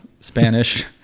Spanish